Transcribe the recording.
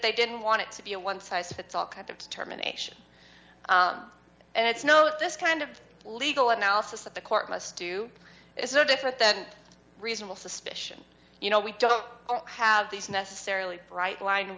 they didn't want to be a one size fits all kind of determination and it's know that this kind of legal analysis that the court must do is no different than reasonable suspicion you know we don't have these necessarily bright line